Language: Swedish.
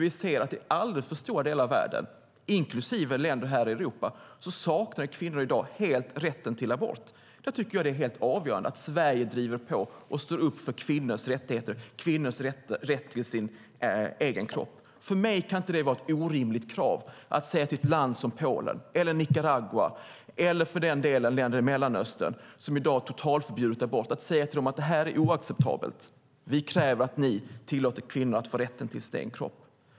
Vi ser att i alldeles för stora delar av världen, inklusive länder här i Europa, saknar kvinnor i dag helt rätten till abort. Då tycker jag att det är helt avgörande att Sverige driver på och står upp för kvinnors rättigheter, kvinnors rätt till sin egen kropp. För mig kan det inte vara ett orimligt krav att säga till ett land som Polen eller Nicaragua, eller för den delen länder i Mellanöstern som i dag har totalförbjudit abort, att det här är oacceptabelt. Vi kräver att ni tillåter kvinnor att få rätten till sin egen kropp.